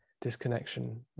disconnection